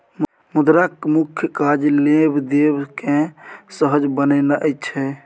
मुद्राक मुख्य काज लेब देब केँ सहज बनेनाइ छै